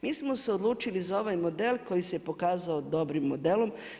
Mi smo se odlučili za ovaj model koji se pokazao dobrim modelom.